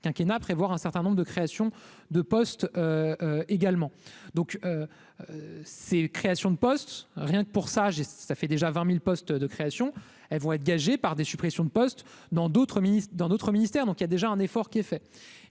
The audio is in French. quinquennat prévoir un certain nombre de créations de postes également donc ces créations de postes, rien que pour ça j'ai ça fait déjà 20000 postes de création, elles vont être gagées par des suppressions de postes dans d'autres ministres dans d'autres ministères, donc il y a déjà un effort qui est fait,